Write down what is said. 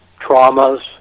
traumas